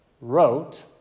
wrote